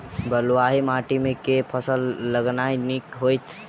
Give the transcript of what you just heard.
बलुआही माटि मे केँ फसल लगेनाइ नीक होइत?